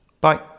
bye